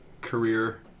career